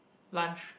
lunch